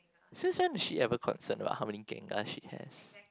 since when is she ever concern about how many gengars she has